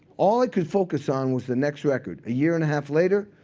all i could focus on was the next record. a year and a half later,